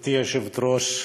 גברתי היושבת-ראש,